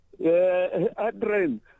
Adren